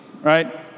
right